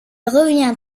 revient